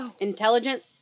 intelligent